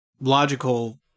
logical